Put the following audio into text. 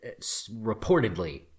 reportedly